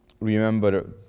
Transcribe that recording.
remember